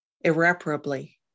irreparably